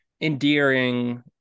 endearing